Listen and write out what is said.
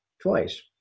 twice